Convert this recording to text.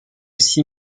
six